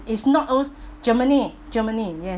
it's not those germany germany yes